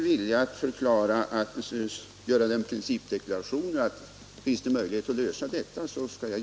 16 maj 1977